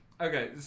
Okay